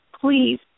please